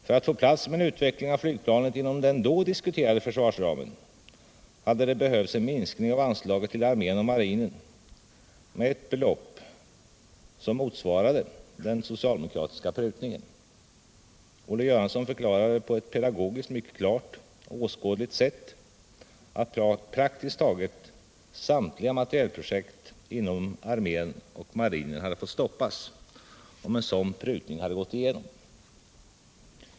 För att få plats med en utveckling av flygplanet inom den då diskuterade försvarsramen hade det behövts en minskning av anslaget till armén och marinen med ett belopp som motsvarade den socialdemokratiska prutningen. Olle Göransson förklarade på ett pedagogiskt mycket klart och åskådligt sätt att praktiskt taget samtliga materielprojekt inom armén och marinen hade fått stoppas, om en sådan prutning gått igenom.